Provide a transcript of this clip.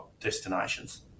destinations